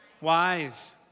wise